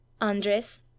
Andres